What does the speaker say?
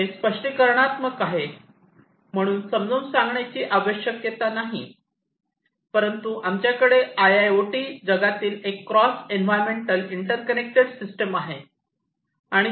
हे स्पष्टीकरणात्मक आहेत म्हणून समजावून सांगाण्याची आवश्यकता नाही परंतु आमच्याकडे आय आय ओ टी जगातील एक क्रॉस एन्व्हायर्नमेंट इंटरकनेक्टेड सिस्टम आहे